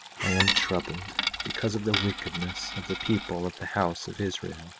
i am troubled because of the wickedness of the people of the house of israel